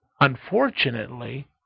unfortunately